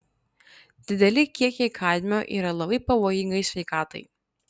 dideli kiekiai kadmio yra labai pavojingai sveikatai